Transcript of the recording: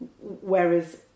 Whereas